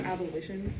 Abolition